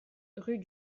rue